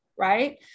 Right